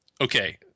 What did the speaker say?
Okay